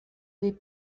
des